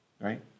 right